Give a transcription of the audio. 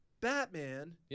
Batman